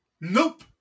Nope